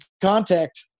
contact